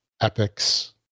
Epic's